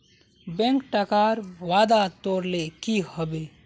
bank टाकार वादा तोरले कि हबे